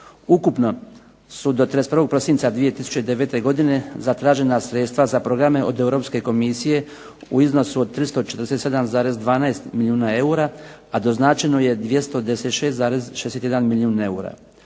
Ukupno su do 31. prosinca 2009. godine zatražena sredstva za programe od Europske komisije u iznosu od 347,12 milijuna eura, a doznačeno je dvjesto